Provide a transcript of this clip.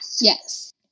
Yes